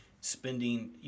spending